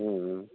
ம் ம்